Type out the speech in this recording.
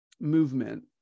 movement